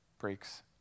breaks